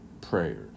prayers